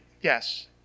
Yes